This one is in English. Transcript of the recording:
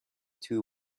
two